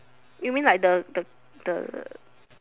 you mean like the the the the